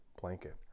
blanket